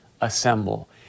assemble